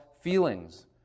feelings